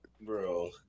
bro